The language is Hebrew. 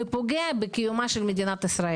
ופוגע בקיומה של מדינת ישראל.